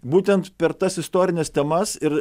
būtent per tas istorines temas ir